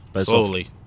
Slowly